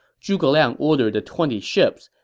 zhuge liang ordered the twenty ships,